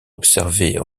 observer